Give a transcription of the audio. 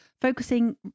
focusing